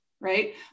right